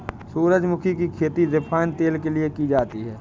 सूरजमुखी की खेती रिफाइन तेल के लिए की जाती है